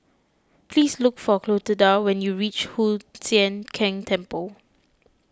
please look for Clotilda when you reach Hoon Sian Keng Temple